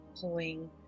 pulling